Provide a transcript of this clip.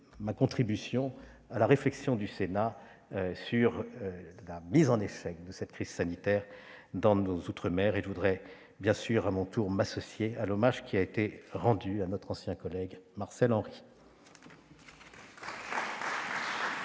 ma contribution à la réflexion du Sénat sur la mise en échec de cette crise sanitaire dans nos outre-mer. Par ailleurs, je souhaiterais à mon tour m'associer à l'hommage qui a été rendu à notre ancien collègue Marcel Henry.